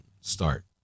start